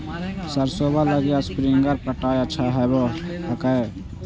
सरसोबा लगी स्प्रिंगर पटाय अच्छा होबै हकैय?